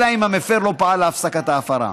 אלא אם כן המפר לא פעל להפסקת ההפרה.